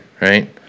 right